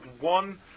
one